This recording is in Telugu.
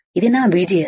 ఇది నా VGS